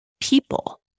people